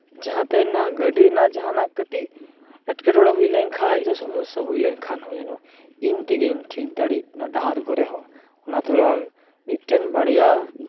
ᱡᱟᱦᱟᱸ ᱛᱮᱱᱟᱜ ᱜᱟᱹᱰᱤ ᱨᱮᱱᱟᱜ ᱡᱟᱦᱟᱱᱟᱜ ᱠᱟᱹᱴᱤᱪ ᱮᱸᱴᱠᱮᱴᱚᱬᱮ ᱦᱩᱭ ᱞᱮᱱᱠᱷᱟᱡ ᱥᱮ ᱥᱚᱢᱚᱥᱥᱟ ᱦᱩᱭ ᱞᱮᱱᱠᱷᱟᱱ ᱦᱚᱸ ᱡᱮᱱᱚ ᱤᱧ ᱛᱮᱜᱮᱧ ᱴᱷᱤᱠ ᱫᱟᱲᱮᱜ ᱚᱱᱟ ᱰᱟᱦᱟᱨ ᱠᱚᱨᱮᱦᱚᱸ ᱚᱱᱟ ᱛᱷᱮᱲᱚᱝ ᱢᱤᱫᱴᱮᱱ ᱵᱟᱨᱭᱟ